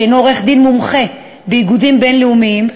שהנו מומחה באיגודים בין-לאומיים,